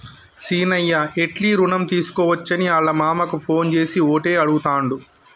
సీనయ్య ఎట్లి రుణం తీసుకోవచ్చని ఆళ్ళ మామకు ఫోన్ చేసి ఓటే అడుగుతాండు